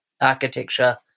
architecture